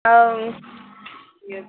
آ